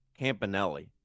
Campanelli